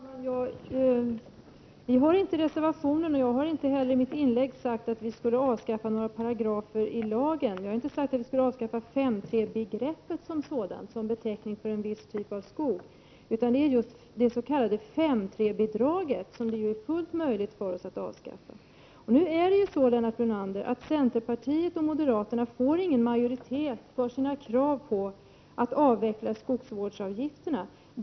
Fru talman! Vi har inte i reservationen, och jag har inte heller i mitt inlägg, sagt att vi skulle avskaffa några paragrafer i lagen. Jag har inte heller sagt att vi skulle avskaffa 5:3-begreppet som beteckning för en viss typ av skog. Det är just det s.k. 5:3-bidraget som vi vill avskaffa, och det är fullt möjligt. Nu är det så, Lennart Brunander, att centerpartiet och moderaterna inte får någon majoritet för sina krav på att avveckla skogsvårdsavgifterna.